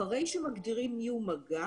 אחרי שמגדירים מיהו מגע